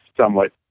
somewhat